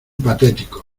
patéticos